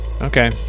Okay